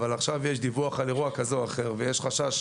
אבל עכשיו יש דיווח על אירוע כזה או אחר ויש חשש